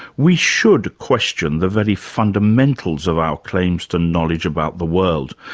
we should question the very fundamentals of our claims to knowledge about the world,